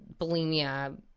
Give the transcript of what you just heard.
bulimia